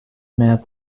med